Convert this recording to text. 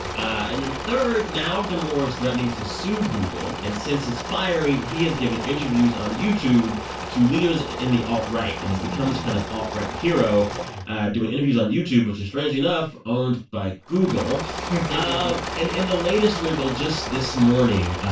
and then third, now damore is threatening to sue google. and since his firing, he has given interviews on youtube to leaders in the alt-right. and he's become this kind of alt-right hero doing interviews on youtube, which is, strangely enough, owned by google um and in the latest wrinkle, just this morning,